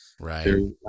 Right